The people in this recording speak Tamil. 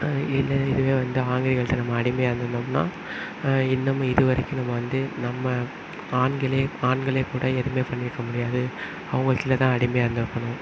இல்லை இதுவே வந்து ஆங்கிலேயர்கிட்ட நம்ம அடிமையாக இருந்திருந்தோம்னா இன்னும் இதுவரைக்கும் நம்ம வந்து நம்ம ஆண்களே ஆண்களே கூட எதுவுமே பண்ணியிருக்க முடியாது அவர்களுக்கு கீழேதான் அடிமையாக இருந்திருக்கணும்